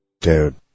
Dude